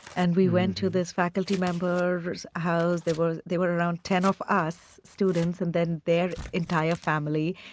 and we went to this faculty member's house. there were there were around ten of us students and then their entire family.